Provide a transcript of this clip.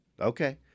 Okay